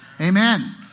Amen